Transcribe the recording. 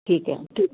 ਠੀਕ ਹੈ ਅਤੇ